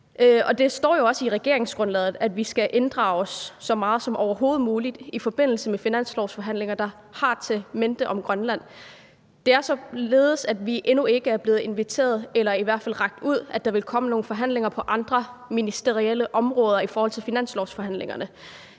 Det står jo også i regeringsgrundlaget, at vi skal inddrages så meget som overhovedet muligt i forbindelse med finanslovsforhandlinger om emner, der handler om Grønland. Det er således, at vi endnu ikke er blevet inviteret og der er heller ikke blevet rakt ud om, at der vil komme nogle forhandlinger på andre ministerielle områder i forhold til finanslovsforhandlingerne.